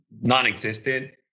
non-existent